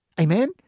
Amen